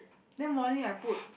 then morning I put